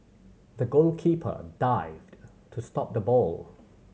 the goalkeeper dived to stop the ball